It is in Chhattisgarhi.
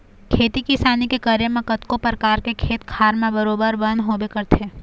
खेती किसानी के करे म कतको परकार के खेत खार म बरोबर बन होबे करथे